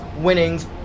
winnings